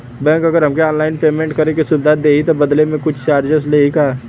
Bank अगर हमके online payment करे के सुविधा देही त बदले में कुछ चार्जेस लेही का?